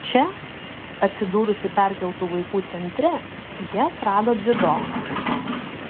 čia atsidūrusi perkeltų vaikų centre ji atrado dziudo